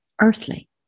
earthly